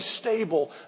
stable